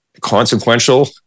consequential